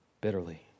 bitterly